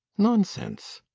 nonsense!